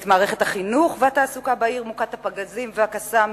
את מערכת החינוך והתעסוקה בעיר מוכת הפגזים וה"קסאמים"